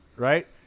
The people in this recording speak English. right